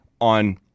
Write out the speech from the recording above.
on